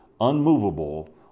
unmovable